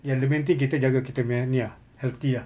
yang the main thing kita jaga kita punya ni ah healthy ah